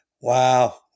Wow